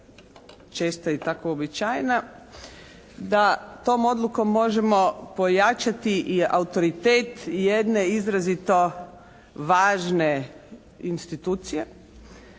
česta i tako uobičajena da tom odlukom možemo pojačati i autoritet jedne izrazito važne institucije